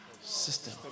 system